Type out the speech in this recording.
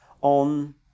on